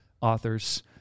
authors